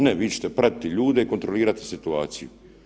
Ne, vi ćete pratiti ljude i kontrolirati situaciju.